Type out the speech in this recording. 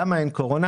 למה אין קורונה?